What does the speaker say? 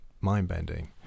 mind-bending